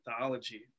anthology